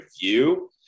view